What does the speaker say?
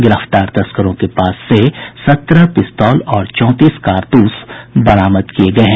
गिरफ्तार तस्करों के पास से सत्रह पिस्तौल और चौंतीस कारतूस बरामद किये गये हैं